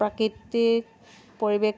প্ৰাকৃতিক পৰিৱেশ